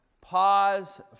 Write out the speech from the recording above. pause